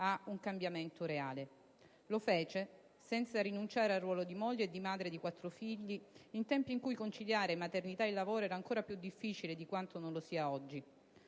ad un cambiamento reale. Lo fece, senza rinunciare al ruolo di moglie e di madre di quattro figli, in tempi in cui conciliare maternità e lavoro era ancora più difficile di quanto non lo sia oggi.